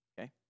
Okay